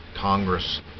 Congress